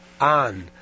on